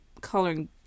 coloring